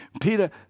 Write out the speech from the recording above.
Peter